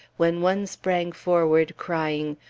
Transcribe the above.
when one sprang forward crying,